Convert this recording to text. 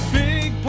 big